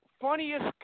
funniest